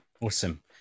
awesome